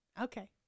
Okay